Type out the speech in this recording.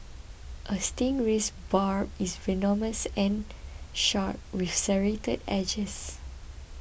a stingray's barb is venomous and sharp with serrated edges